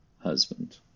husband